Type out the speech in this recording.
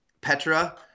Petra